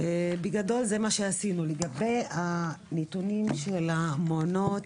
לגבי הנתונים של המעונות,